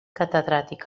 catedràtic